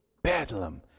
Bedlam